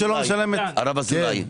הרב אזולאי,